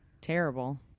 terrible